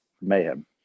mayhem